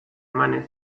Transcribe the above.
emanez